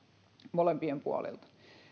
molempien puolelta